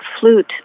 flute